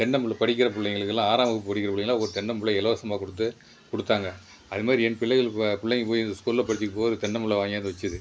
தென்னம்பிள்ளை படிக்கிற பிள்ளைங்களுக்கெல்லாம் ஆறாம் வகுப்பு படிக்கிற பிள்ளைங்கலாம் ஒரு தென்னம்பிள்ளை இலவசமாக கொடுத்து கொடுத்தாங்க அதுமாரி என் பிள்ளைகளுக்கு பிள்ளைங்க போய் ஸ்கூலில் படிக்கபோது தென்னம்பிள்ளை வாங்கிவந்து வச்சுது